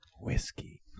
whiskey